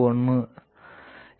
01 ஆகும்